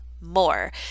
more